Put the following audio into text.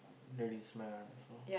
ladies man also